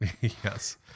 Yes